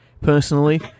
personally